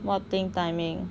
what thing timing